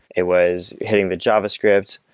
it was hitting the javascript,